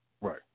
Right